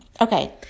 Okay